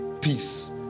peace